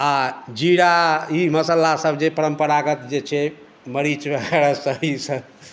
आ जीरा ई मसालासभ जे परम्परागत जे छै मरीच वगैरह सभ ईसभ